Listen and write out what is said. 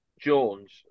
Jones